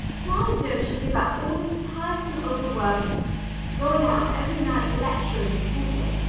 why don't you give up all this tiresome overworking going out every night lecturing and talking?